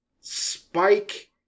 Spike